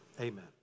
Amen